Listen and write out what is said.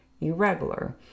irregular